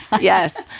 Yes